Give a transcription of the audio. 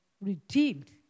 redeemed